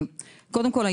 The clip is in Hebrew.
קודם כל,